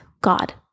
God